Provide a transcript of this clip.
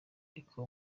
ariko